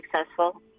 successful